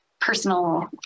personal